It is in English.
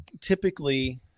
typically